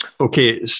Okay